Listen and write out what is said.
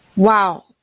Wow